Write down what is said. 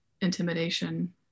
intimidation